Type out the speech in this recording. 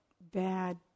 bad